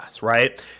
right